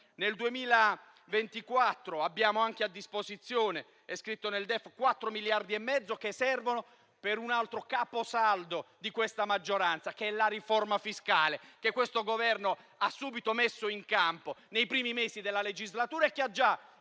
Nel 2024 abbiamo anche a disposizione, come è scritto nel DEF, 4,5 miliardi di euro, che servono per un altro caposaldo di questa maggioranza, ovvero la riforma fiscale, che il Governo ha subito messo in campo nei primi mesi della legislatura e che ha già